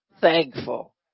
thankful